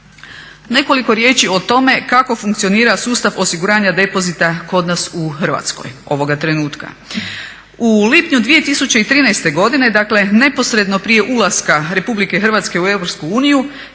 Nekoliko riječi o tome kako funkcionira sustav osiguranja depozita kod nas u Hrvatskoj, ovoga trenutka. U lipnju 2013. godine dakle neposredno prije ulaska Republike Hrvatske u